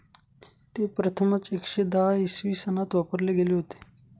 ते प्रथमच एकशे दहा इसवी सनात वापरले गेले होते